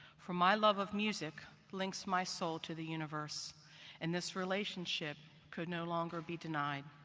for my love of music links my soul to the universe and this relationship could no longer be denied.